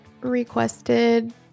requested